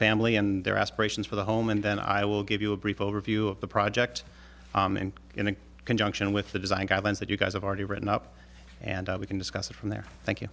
family and their aspirations for the home and then i will give you a brief overview of the project and in conjunction with the design guidelines that you guys have already written up and we can discuss it from there